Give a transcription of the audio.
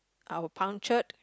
are a puncture